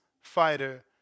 fighter